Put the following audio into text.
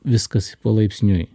viskas palaipsniui